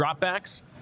dropbacks